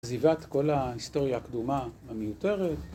עזיבת כל ההיסטוריה הקדומה המיותרת.